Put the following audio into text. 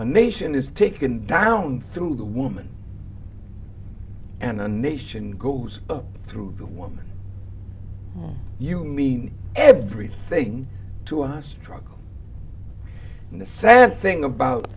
a nation is taken down through the woman and a nation goes through the woman you mean everything to us struggle and the sad thing about